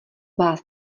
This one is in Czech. vás